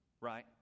right